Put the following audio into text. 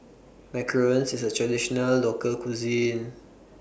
Macarons IS A Traditional Local Cuisine